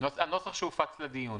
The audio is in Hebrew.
הנוסח שהופץ לדיון